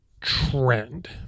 trend